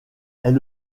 est